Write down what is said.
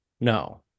no